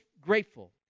grateful